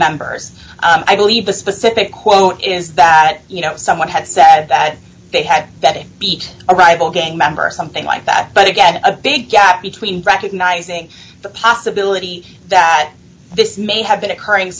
members i believe the specific quote is that you know someone had said that they had betting beat a rival gang member something like that but again a big gap between recognizing the possibility that this may have been occurring